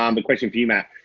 um but question for you matt,